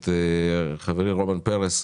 את חברי רומן פרס,